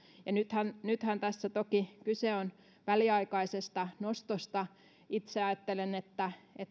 nythän nythän tässä toki kyse on väliaikaisesta nostosta itse ajattelen että se